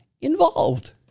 involved